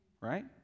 right